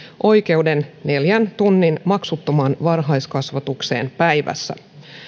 oikeuden neljän tunnin maksuttomaan varhaiskasvatukseen päivässä